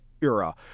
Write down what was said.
era